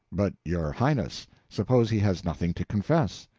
but, your highness, suppose he has nothing to confess?